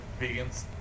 Vegans